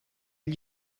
gli